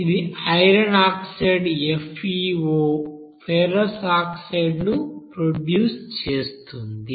ఇది iron oxide FeO ferrous oxide ను produce చేస్తుంది